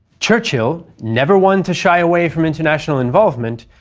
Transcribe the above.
churchill, never one to shy away from international involvement,